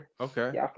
Okay